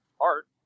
art